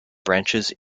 branches